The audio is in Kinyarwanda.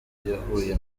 yahuye